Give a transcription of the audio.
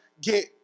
get